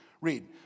Read